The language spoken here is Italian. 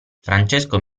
francesco